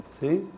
See